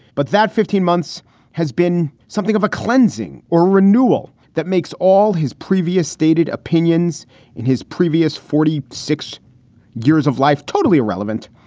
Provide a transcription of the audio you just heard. but that fifteen months has been something of a cleansing or renewal that makes all his previous stated opinions in his previous forty six years of life totally irrelevant.